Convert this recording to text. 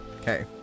Okay